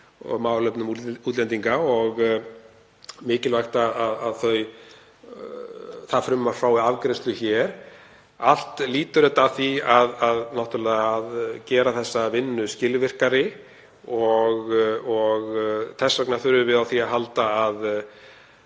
og málefnum útlendinga og það er mikilvægt að það frumvarp fái afgreiðslu hér. Allt lýtur þetta að því að gera þessa vinnu skilvirkari. Þess vegna þurfum við á því að halda að